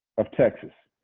of texas,